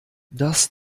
das